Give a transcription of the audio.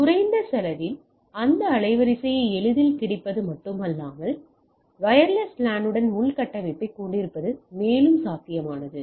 எனவே குறைந்த செலவில் இந்த அலைவரிசையை எளிதில் கிடைப்பது மட்டுமல்லாமல் வயர்லெஸ் லானுடன் உள்கட்டமைப்பைக் கொண்டிருப்பது மேலும் சாத்தியமானது